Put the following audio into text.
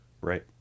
Right